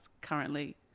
currently